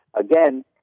Again